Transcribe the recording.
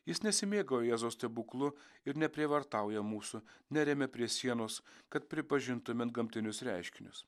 jis nesimėgauja jėzaus stebuklu ir neprievartauja mūsų neremia prie sienos kad pripažintume antgamtinius reiškinius